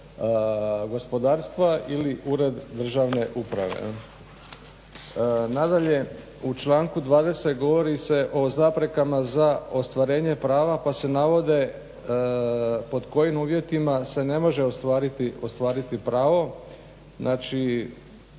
gospodarstva ili ured državne uprave. Nadalje, u članku 20. govori se o zaprekama za ostvarenje prava pa se navodi pod kojim uvjetima se ne može ostvariti pravo, znači